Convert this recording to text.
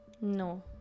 no